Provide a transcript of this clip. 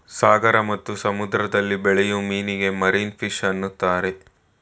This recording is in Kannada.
ಸಾಗರ ಮತ್ತು ಸಮುದ್ರದಲ್ಲಿ ಬೆಳೆಯೂ ಮೀನಿಗೆ ಮಾರೀನ ಫಿಷ್ ಅಂತರೆ